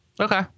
Okay